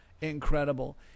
incredible